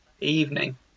evening